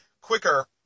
quicker